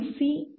C D